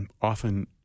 often